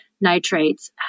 nitrates